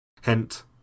hint